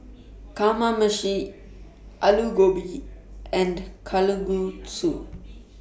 Kamameshi Alu Gobi and Kalguksu